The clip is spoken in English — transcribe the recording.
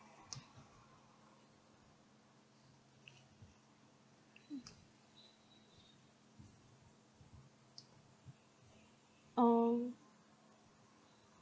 oh